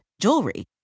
jewelry